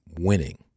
winning